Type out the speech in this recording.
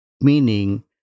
Meaning